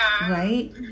right